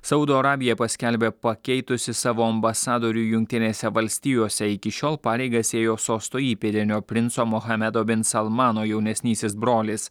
saudo arabija paskelbė pakeitusi savo ambasadorių jungtinėse valstijose iki šiol pareigas ėjo sosto įpėdinio princo muhamedo bin salmano jaunesnysis brolis